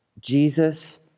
Jesus